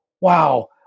Wow